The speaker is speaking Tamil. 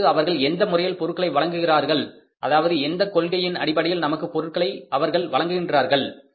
அவர்களுக்கு அவர்கள் எந்த முறையில் பொருட்களை வழங்குகின்றார்கள் அதாவது எந்தக் கொள்கையின் அடிப்படையில் நமக்கு பொருட்களை அவர்கள் வழங்குகின்றார்கள்